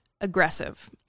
aggressive